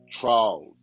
trials